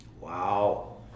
Wow